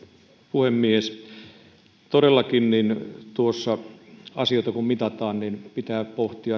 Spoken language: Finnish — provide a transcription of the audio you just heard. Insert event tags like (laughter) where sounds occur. puhemies todellakin asioita kun mitataan niin pitää pohtia (unintelligible)